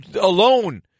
alone